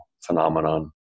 phenomenon